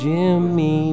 Jimmy